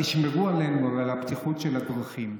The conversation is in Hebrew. ותשמרו עלינו ועל הבטיחות של הדרכים.